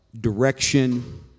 direction